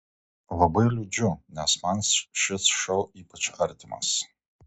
labai liūdžiu nes man šis šou ypač artimas